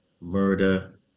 murder